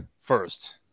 first